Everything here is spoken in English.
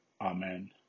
Amen